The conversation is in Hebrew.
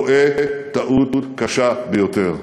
טועה טעות קשה ביותר.